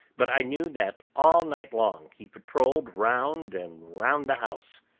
but i knew that all night long he patrolled round and round the house.